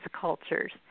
cultures